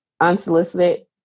unsolicited